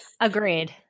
Agreed